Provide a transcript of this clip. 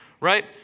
Right